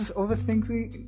overthinking